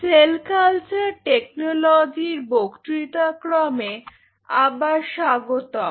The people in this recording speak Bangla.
সেল কালচার টেকনোলজির বক্তৃতা ক্রমে আবার স্বাগতম